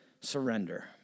surrender